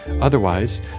Otherwise